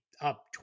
up